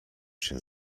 się